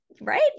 right